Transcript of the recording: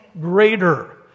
greater